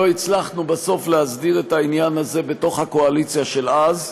לא הצלחנו בסוף להסדיר את העניין הזה בתוך הקואליציה של אז,